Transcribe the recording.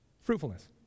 Fruitfulness